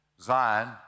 Zion